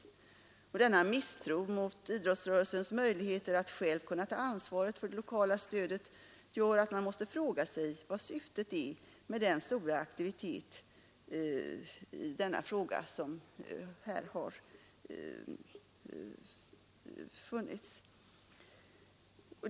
Denna misstro mot idrottsrörelsens möjligheter att själv kunna ta ansvaret för det lokala stödet gör att man måste fråga sig vad syftet är med den stora aktivitet som har utvecklats i denna fråga.